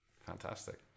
Fantastic